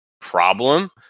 problem